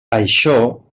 això